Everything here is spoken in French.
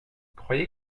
croyez